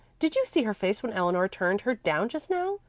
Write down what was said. did you see her face when eleanor turned her down just now?